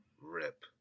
Rip